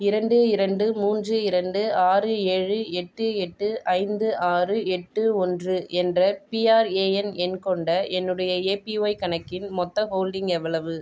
இரண்டு இரண்டு மூன்று இரண்டு ஆறு ஏழு எட்டு எட்டு ஐந்து ஆறு எட்டு ஒன்று என்ற பிஆர்ஏஎன் எண் கொண்ட என்னுடைய ஏபிஒய் கணக்கின் மொத்த ஹோல்டிங் எவ்வளவு